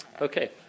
Okay